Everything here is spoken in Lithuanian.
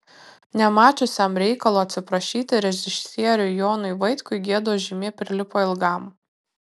nemačiusiam reikalo atsiprašyti režisieriui jonui vaitkui gėdos žymė prilipo ilgam